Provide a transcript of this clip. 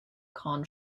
khan